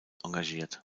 engagiert